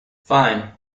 fine